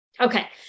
Okay